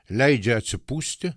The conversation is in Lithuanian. leidžia atsipūsti